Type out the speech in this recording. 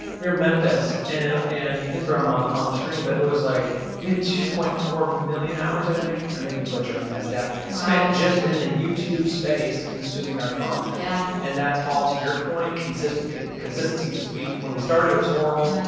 we were in memphis and ah, and you can throw them on on the screen, but it it was like we had two point four million hours. i think i may be butchering that stat. spend just in the youtube space, consuming our content. yeah and that's all to your point, consistency, consistency. cause we, when we started, it was horrible.